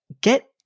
get